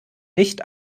nicht